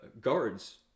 guards